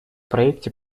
проекте